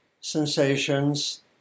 sensations